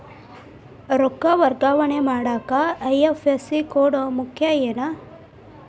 ರೊಕ್ಕ ವರ್ಗಾವಣೆ ಮಾಡಾಕ ಐ.ಎಫ್.ಎಸ್.ಸಿ ಕೋಡ್ ಮುಖ್ಯ ಏನ್